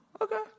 Okay